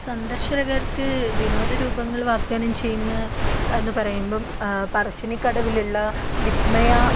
സന്ദർശകർക്ക് വിനോദരൂപങ്ങൾ വാഗ്ദാനം ചെയ്യുന്ന എന്ന് പറയുമ്പോൾ പറശ്ശിനിക്കടവിലുള്ള വിസ്മയ